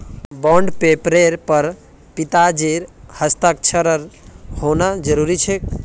bond पेपरेर पर पिताजीर हस्ताक्षर होना जरूरी छेक